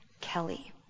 Kelly